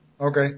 Okay